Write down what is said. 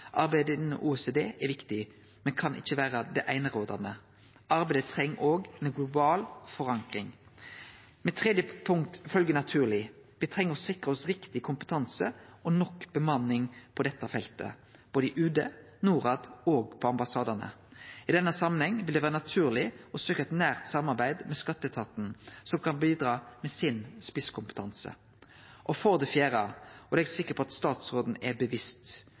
Arbeidet innanfor OECD er viktig, men kan ikkje vere det einerådande. Arbeidet treng òg ei global forankring. Mitt tredje punkt følgjer naturleg: Me treng å sikre oss riktig kompetanse og nok bemanning på dette feltet både i UD, Norad og på ambassadane. I denne samanhengen vil det vere naturleg å søkje eit nært samarbeid med skatteetaten, som kan bidra med spisskompetansen sin. Det fjerde, og det er eg sikker på at statsråden er